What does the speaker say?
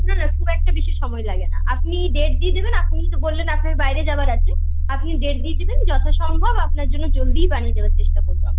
না না খুব একটা বেশি সময় লাগে না আপনি ডেট দিয়ে দেবেন আপনি তো বললেন আপনার বাইরে যাওয়ার আছে আপনি ডেট দিয়ে দেবেন যথাসম্ভব আপনার জন্য জলদিই বানিয়ে দেওয়ার চেষ্টা করব আমি